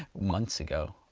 months ago,